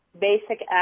basic